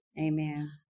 Amen